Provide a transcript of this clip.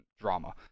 drama